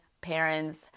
parents